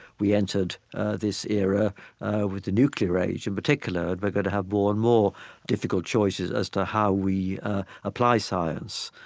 we entered this era with the nuclear age in particular, and we're going to have more and more difficult choices as to how we apply science,